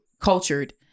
cultured